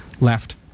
left